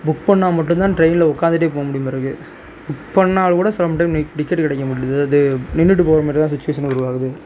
book பண்ணால் மட்டும்தான் ட்ரெயினில் உட்காந்துட்டே போமுடியும்பிறகு புக் பண்ணாலும் கூட சம் டைம் நி டிக்கெட் கிடைக்க மாட்டுது அது நின்றுட்டு போகற மாரி தான் சுச்சிவேஷன் உருவாகுது